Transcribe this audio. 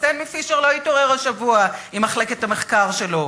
סטנלי פישר לא התעורר השבוע עם מחלקת המחקר שלו.